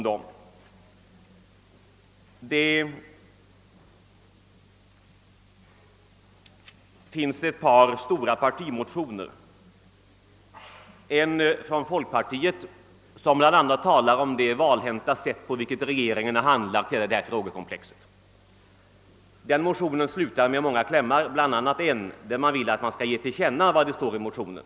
Det föreligger ett par stora partimotioner. En av dem är från folkpartiet, och i den talas det bl.a. om det valhänta sätt på vilket regeringen handlagt hela detta frågekomplex. Den motionen slutar med många klämmar, bl.a. en om att riksdagen skall ge till känna vad som anförs i motionen.